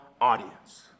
audience